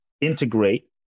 integrate